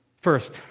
First